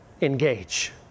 engage